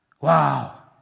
Wow